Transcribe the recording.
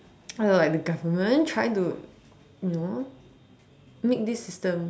I don't know like the government trying to make this system